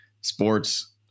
sports